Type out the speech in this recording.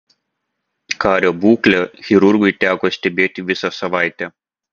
kario būklę chirurgui teko stebėti visą savaitę